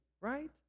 right